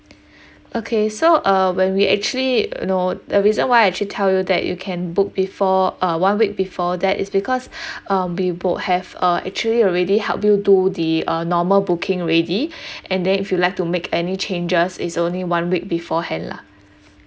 okay so uh when we actually you know the reason why I actually tell you that you can book before uh one week before that is because um we will have uh actually already help you do the uh normal booking ready and then if you'd like to make any changes it's only one week beforehand lah